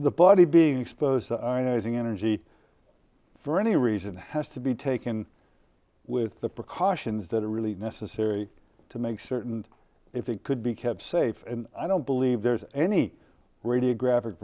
the body being exposed to using energy for any reason has to be taken with the precautions that are really necessary to make certain if it could be kept safe and i don't believe there's any radiographic